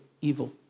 evil